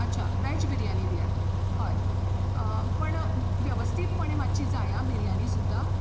आच्छा वॅज बिर्याणी दियात हय पण वेवस्थीत पणे मातशी जाय बिर्याणी सुद्दां